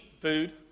Food